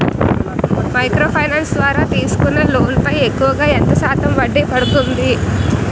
Micro finance ద్వారా తీసుకునే loan పై ఎక్కువుగా ఎంత శాతం వడ్డీ పడుతుంది?